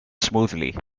smoothly